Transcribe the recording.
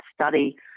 study